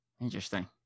Interesting